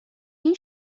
این